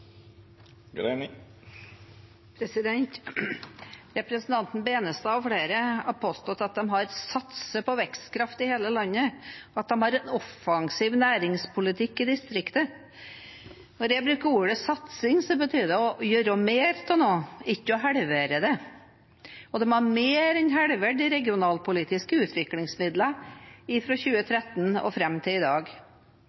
Representanten Benestad og flere har påstått at regjeringen har satset på vekstkraft i hele landet, og at man fører en offensiv næringspolitikk i distriktet. Når jeg bruker ordet satsing, betyr det å gjøre mer av noe, ikke å halvere det. Regjeringen har mer enn halvert de regionalpolitiske